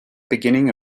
beginning